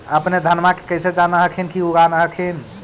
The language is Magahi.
अपने धनमा के कैसे जान हखिन की उगा न हखिन?